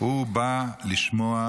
הוא בא לשמוע,